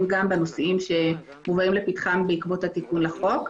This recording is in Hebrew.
גם בנושאים שמובאים לפתחם בעקבות התיקון לחוק.